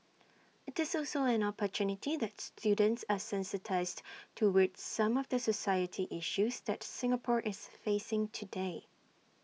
IT is also an opportunity that students are sensitised towards some of the society issues that Singapore is facing today